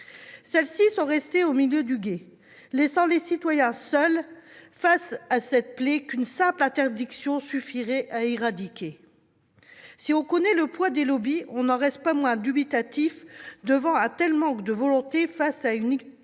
en effet restées « au milieu du gué », laissant les citoyens seuls face à cette plaie qu'une simple interdiction suffirait à éradiquer. Si on connaît le poids des lobbies, on ne reste pas moins dubitatif devant un tel manque de volonté face à une activité